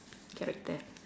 character